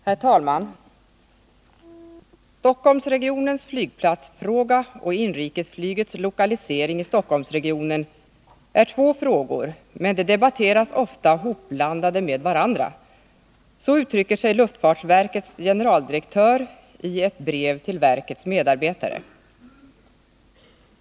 Herr talman! ”Stockholmsregionens flygplatsfråga och inrikesflygets lokalisering i Stockholmsregionen är två frågor, men de debatteras ofta hopblandade med varandra.” Så uttrycker sig luftfartsverkets generaldirektör i ett brev till verkets medarbetare.